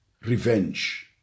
revenge